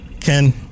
Ken